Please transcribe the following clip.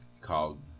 called